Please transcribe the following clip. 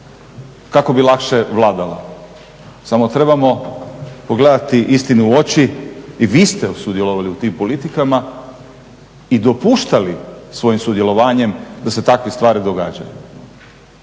kako bi lakše vladala. Samo trebamo pogledati istini u oči i vi ste sudjelovali u tim politikama i dopuštali svojim sudjelovanjem da se takve stvari događaju.